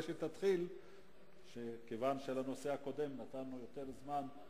מקובל שכשיש תיקו, ההצעה תוסר מסדר-היום.